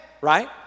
right